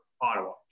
Ottawa